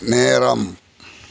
நேரம்